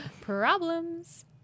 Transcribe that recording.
Problems